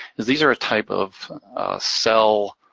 is these are a type of cell